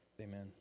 amen